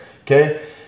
Okay